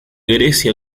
grecia